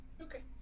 Okay